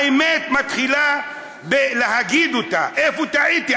האמת מתחילה בלהגיד אותה: איפה טעיתי.